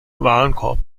warenkorb